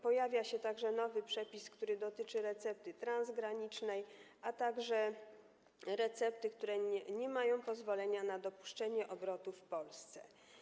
Pojawia się także nowy przepis, który dotyczy recepty transgranicznej, a także chodzi o recepty, które nie mają pozwolenia na dopuszczenie do obrotu w Polsce.